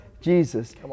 Jesus